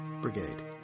Brigade